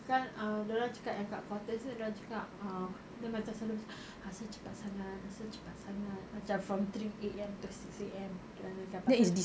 kan ah dia orang cakap yang kat quarters ni dia orang cakap ah dia macam selalu asal cepat sangat asal cepat sangat macam from three A_M to six A_M dia orang akan nampak